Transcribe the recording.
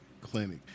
Clinic